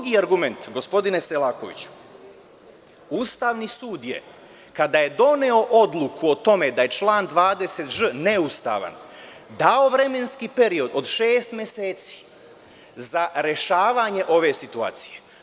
Gospodine Selakoviću, drugi argument – Ustavni sud je, kada je doneo odluku o tome da je član 20ž neustavan, dao vremenski period od šest meseci za rešavanje ove situacije.